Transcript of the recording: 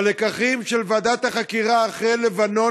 בלקחים של ועדת החקירה אחרי לבנון